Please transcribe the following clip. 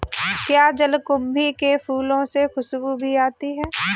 क्या जलकुंभी के फूलों से खुशबू भी आती है